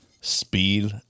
speed